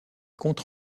comptes